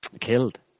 killed